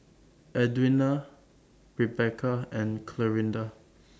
Edwina Rebeca and Clarinda